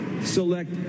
select